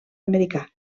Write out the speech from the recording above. americà